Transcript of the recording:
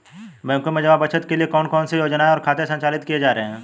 बैंकों में जमा बचत के लिए कौन कौन सी योजनाएं और खाते संचालित किए जा रहे हैं?